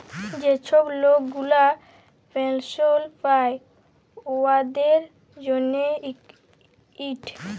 যে ছব লক গুলা পেলসল পায় উয়াদের জ্যনহে ইট